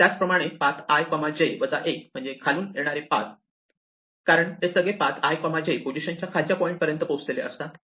त्याचप्रमाणे path i j 1 म्हणजे खालून येणारे पाथ कारण ते सगळे पाथ i j पोझिशन च्या खालच्या पॉईंट पर्यंत पोहोचलेले असतात